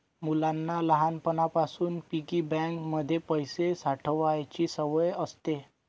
मुलांना लहानपणापासून piggy bank मध्ये पैसे साठवायची सवय असते